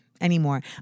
anymore